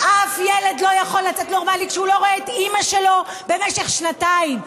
אף ילד לא יכול לצאת נורמלי כשהוא לא רואה את אימא שלו במשך שנתיים.